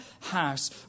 house